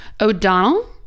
o'donnell